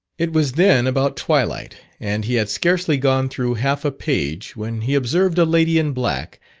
it was then about twilight, and he had scarcely gone through half a page, when he observed a lady in black,